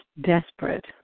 desperate